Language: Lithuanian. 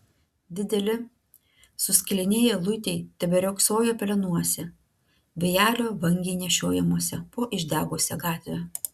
dideli suskilinėję luitai teberiogsojo pelenuose vėjelio vangiai nešiojamuose po išdegusią gatvę